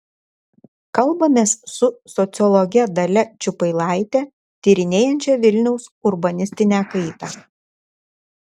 kalbamės su sociologe dalia čiupailaite tyrinėjančia vilniaus urbanistinę kaitą